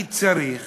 אני צריך